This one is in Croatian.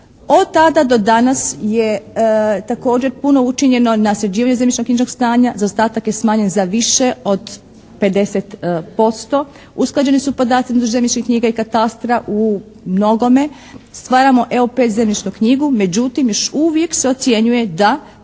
Od tada do danas je također puno učinjeno na sređivanju zemljišno-knjižnog stanja. Zaostatak je smanjen za više od 50%. Usklađeni su podaci zemljišnih knjiga i katastra u mnogome. Stvaramo EOP zemljišnu knjigu. Međutim još uvijek se ocjenjuje da